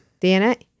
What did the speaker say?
DNA